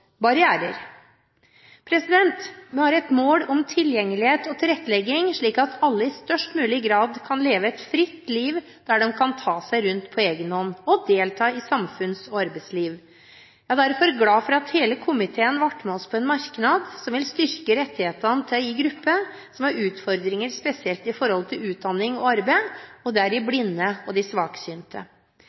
barrierer. Vi har et mål om tilgjengelighet og tilrettelegging slik at alle i størst mulig grad kan leve et fritt liv der de kan ta seg rundt på egen hånd og delta i samfunns- og arbeidsliv. Jeg er derfor glad for at hele komiteen ble med oss på en merknad som vil styrke rettighetene til en gruppe som har utfordringer spesielt i forhold til utdanning og arbeid. Det er de blinde og svaksynte.